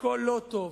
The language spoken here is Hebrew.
הכול לא טוב.